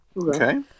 Okay